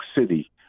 City